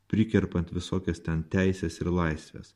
prikerpant visokias ten teises ir laisves